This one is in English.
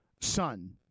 son